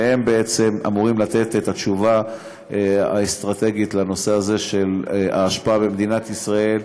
שאמורים לתת את התשובה האסטרטגית בנושא הזה של האשפה במדינת ישראל,